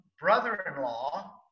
brother-in-law